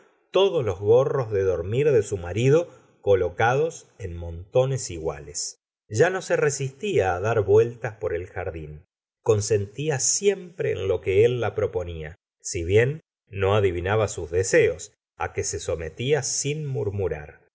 todos los gorros de dormir de su marido colocados en montones iguales ya no se resistía it dar vueltas por el jardín con sentía siempre en lo que la proponía si bien no adivinaba sus deseos que se sometía sin murmurar